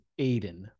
aiden